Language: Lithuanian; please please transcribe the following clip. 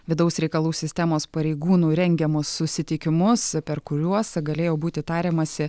vidaus reikalų sistemos pareigūnų rengiamus susitikimus per kuriuos galėjo būti tariamasi